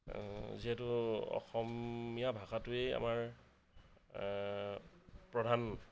যিহেতু অসমীয়া ভাষাটোৱেই আমাৰ প্ৰধান